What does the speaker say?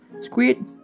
squid